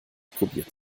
probiert